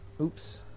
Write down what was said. Oops